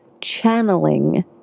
channeling